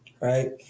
right